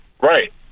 Right